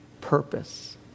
purpose